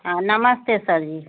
हाँ नमस्ते सर जी